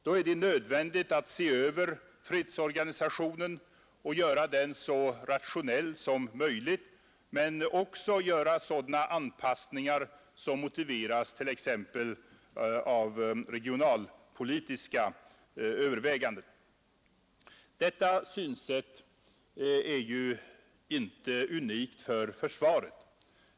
Då är det nödvändigt att se över fredsorganisationen och göra den så rationell som möjligt men också göra sådana anpassningar som motiveras t.ex. av regionalpolitiska överväganden. Detta synsätt är ju inte unikt för försvaret.